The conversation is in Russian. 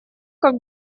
как